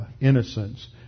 innocence